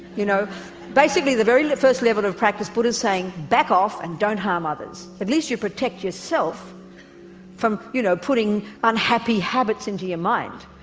you know basically the very first level of practice buddha is saying is back off and don't harm others, at least you protect yourself from you know putting unhappy habits into your mind.